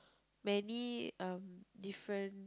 many uh different